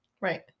Right